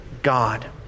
God